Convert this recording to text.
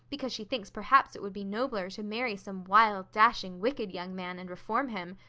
because she thinks perhaps it would be nobler to marry some wild, dashing, wicked young man and reform him.